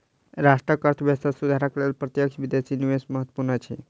राष्ट्रक अर्थव्यवस्था सुधारक लेल प्रत्यक्ष विदेशी निवेश बहुत महत्वपूर्ण अछि